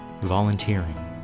Volunteering